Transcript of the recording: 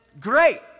great